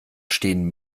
stehen